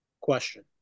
question